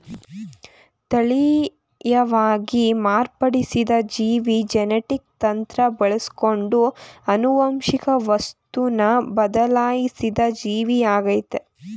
ತಳೀಯವಾಗಿ ಮಾರ್ಪಡಿಸಿದ ಜೀವಿ ಜೆನೆಟಿಕ್ ತಂತ್ರ ಬಳಸ್ಕೊಂಡು ಆನುವಂಶಿಕ ವಸ್ತುನ ಬದ್ಲಾಯ್ಸಿದ ಜೀವಿಯಾಗಯ್ತೆ